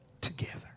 Together